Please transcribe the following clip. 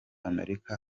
amerika